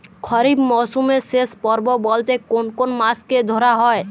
খরিপ মরসুমের শেষ পর্ব বলতে কোন কোন মাস কে ধরা হয়?